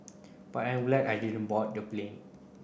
but I'm glad I didn't board the plane